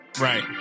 Right